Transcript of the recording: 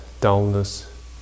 dullness